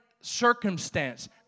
circumstance